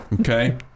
Okay